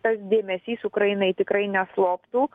tas dėmesys ukrainai tikrai nesloptų